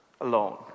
alone